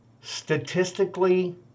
statistically